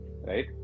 Right